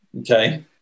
Okay